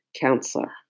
counselor